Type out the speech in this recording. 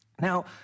Now